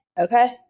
Okay